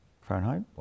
Fahrenheit